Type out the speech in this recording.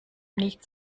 nicht